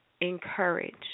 encourage